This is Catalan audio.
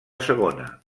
segona